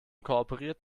kooperiert